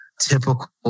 typical